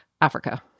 Africa